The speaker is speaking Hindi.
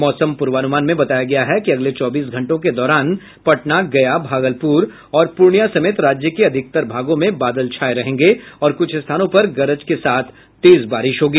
मौसम पूर्वान्रमान में बताया गया है कि अगले चौबीस घंटों के दौरान पटना गया भागलपुर और पूर्णिया समेत राज्य के अधिकतर भागों में बादल छाये रहेंगे और कुछ स्थानों पर गरज के साथ तेज बारिश होगी